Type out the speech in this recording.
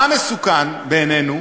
מה מסוכן בעינינו?